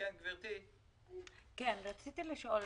רציתי לשאול: